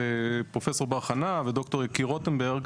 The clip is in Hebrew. ופרופסור בר חנא וד"ר יקיר רוטנברג,